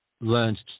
Learned